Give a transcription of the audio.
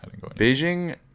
Beijing